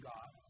God